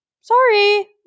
sorry